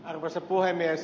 arvoisa puhemies